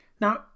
Now